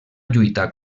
lluita